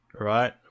Right